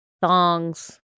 thongs